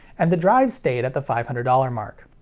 and the drives stayed at the five hundred dollars mark.